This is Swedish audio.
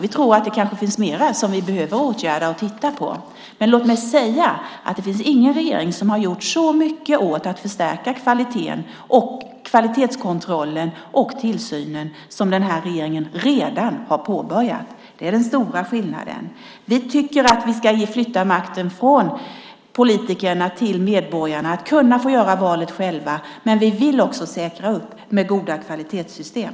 Vi tror att det kanske finns mer som vi behöver åtgärda och titta på. Men låt mig säga att det inte finns någon regering som har gjort så mycket åt att förstärka kvaliteten, kvalitetskontrollen och tillsynen som den här regeringen redan har påbörjat. Det är den stora skillnaden. Vi tycker att vi ska flytta makten från politikerna till medborgarna. De ska kunna få göra valet själva. Men vi vill också säkra goda kvalitetssystem.